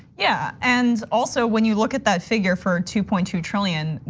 yeah, and also, when you look at that figure for two point two trillion,